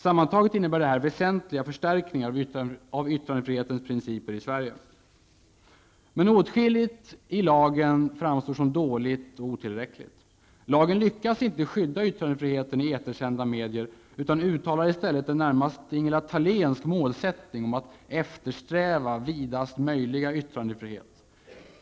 Sammantaget innebär detta väsentliga förstärkningar av yttrandefrihetens principer i Sverige. Åtskilligt i yttrandefrihetsgrundlagen framstår emellertid som dåligt och otillräckligt. Lagen lyckas inte skydda yttrandefriheten i etersända medier, utan uttalar i stället en närmast Ingela Thalénsk målsättning om att ''eftersträva -- vidaste möjliga yttrandefrihet''.